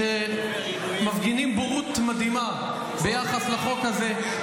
שמפגינים בורות מדהימה ביחס לחוק הזה,